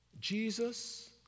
Jesus